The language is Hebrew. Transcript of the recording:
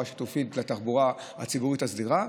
השיתופית לתחבורה הציבורית הסדירה.